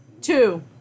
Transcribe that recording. Two